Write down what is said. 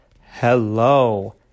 Hello